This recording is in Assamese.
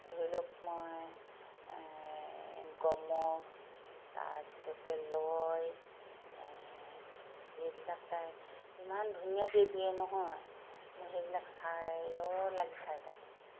ধৰি লওক মই এই গমক তাৰপিছতে লয় এইবিলাক তাই ইমান ধুনীয়াকৈ দিয়ে নহয় মোৰ সেইবিলাক চাই ৰ লাগি চাই থাকোঁ